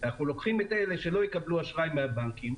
אנחנו לוקחים את אלה שלא יקבלו אשראי מהבנקים,